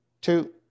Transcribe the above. two